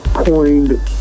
Coined